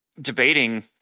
debating